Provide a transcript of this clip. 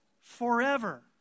forever